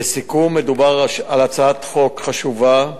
לסיכום, מדובר על הצעת חוק חשובה,